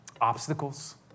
obstacles